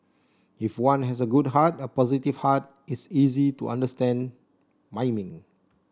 if one has a good heart a positive heart it's easy to understand miming